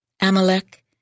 Amalek